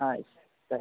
ಆಯಿತು ಸರಿ